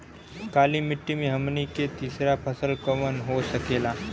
काली मिट्टी में हमनी के तीसरा फसल कवन हो सकेला?